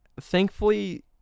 Thankfully